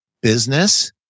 business